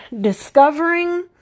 discovering